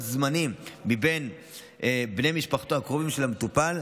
זמני מבין בני משפחתו הקרובים של המטופל,